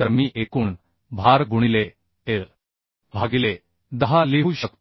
तर मी एकूण भार गुणिले L भागिले 10 लिहू शकतो